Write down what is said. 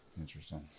Interesting